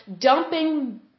dumping